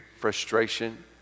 frustration